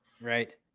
right